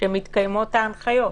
שמתקיימות ההנחיות?